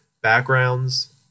backgrounds